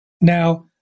Now